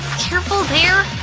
careful there!